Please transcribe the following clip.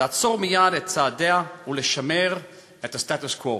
לעצור מייד את צעדיה ולשמר על הסטטוס-קוו.